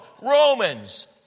Romans